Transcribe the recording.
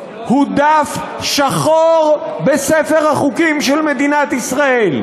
הוא דף שחור בספר החוקים של מדינת ישראל.